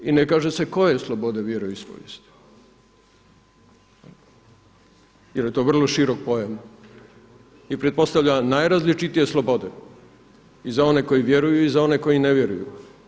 I ne kaže se koje slobode vjeroispovijesti, jer je to vrlo širok pojam i pretpostavlja najrazličitije slobode i za one koji vjeruju i za one koji ne vjeruju.